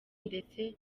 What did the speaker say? ndetse